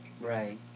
Right